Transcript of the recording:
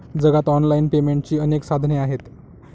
जगात ऑनलाइन पेमेंटची अनेक साधने आहेत